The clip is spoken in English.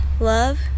Love